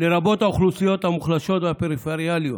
לרבות האוכלוסיות המוחלשות והפריפריאליות.